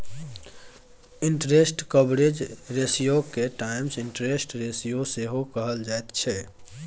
interest coverage रेशियोके times interest ratio सेहो कहल जाइत छै